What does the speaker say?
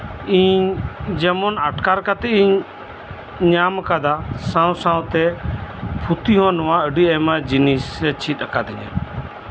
ᱤᱧ ᱡᱮᱢᱚᱱ ᱟᱴᱠᱟᱨ ᱠᱟᱛᱮᱜ ᱤᱧ ᱧᱟᱢ ᱠᱟᱫᱟ ᱥᱟᱶ ᱥᱟᱶᱛᱮ ᱯᱩᱛᱷᱤ ᱦᱚᱸ ᱱᱚᱣᱟ ᱟᱹᱰᱤ ᱟᱭᱢᱟ ᱡᱤᱱᱤᱥ ᱮ ᱪᱮᱫ ᱠᱟᱫᱤᱧᱟ